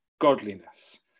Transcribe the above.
godliness